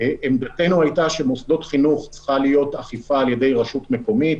עמדתנו הייתה שלגבי מוסדות חינוך צריכה להיות אכיפה על ידי רשות מקומית,